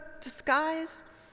disguise